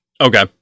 Okay